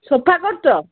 sofa କରୁଛ